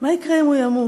מה יקרה אם הוא ימות.